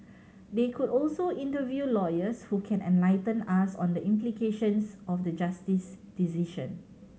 they could also interview lawyers who can enlighten us on the implications of the Justice's decision